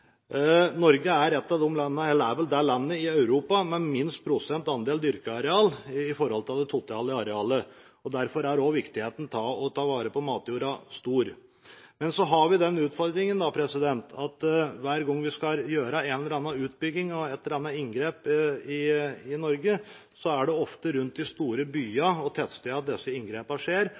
Norge er vel det landet i Europa med lavest prosentandel dyrket areal i forhold til det totale arealet, og derfor er også viktigheten av å ta vare på matjorda stor. Men så har vi den utfordringen at hver gang vi skal gjøre en eller annen utbygging, et eller annet inngrep, i Norge, er det ofte rundt de store byene og tettstedene disse inngrepene skjer.